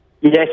Yes